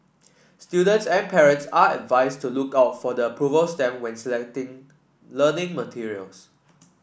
students and parents are advised to look out for the approval stamp when selecting learning materials